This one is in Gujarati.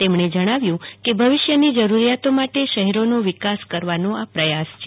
તેમણે જણાવ્યું કે ભવિષ્યની જરૂરિયાતો માટે શહેરોનો વિકાસ કરવાનો આ પ્રયાસ છે